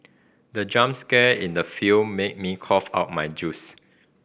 the jump scare in the film made me cough out my juice